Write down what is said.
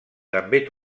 també